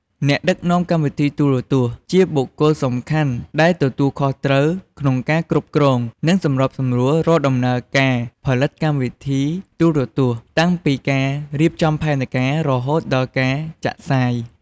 អ្នកដឹកនាំកម្មវិធីទូរទស្សន៍ ជាបុគ្គលសំខាន់ដែលទទួលខុសត្រូវក្នុងការគ្រប់គ្រង និងសម្របសម្រួលរាល់ដំណើរការផលិតកម្មវិធីទូរទស្សន៍ តាំងពីការរៀបចំផែនការ រហូតដល់ការចាក់ផ្សាយ។